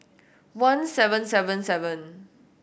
one seven seven seven